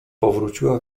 powróciła